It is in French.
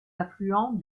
affluent